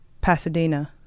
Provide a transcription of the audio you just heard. Pasadena